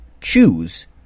choose